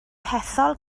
hethol